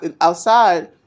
outside